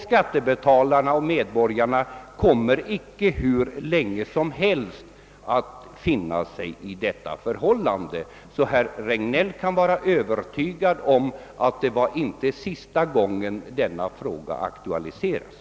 Skattebetalarna och medborgarna kommer icke hur länge som helst att finna sig i detta. Herr Regnéll kan därför vara övertygad om att det i dag inte är sista gången som denna fråga aktualiseras.